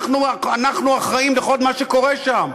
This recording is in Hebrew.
אנחנו אחראים לכל מה שקורה שם,